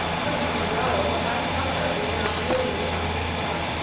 could you know what i suffer in now viewing you from this spot,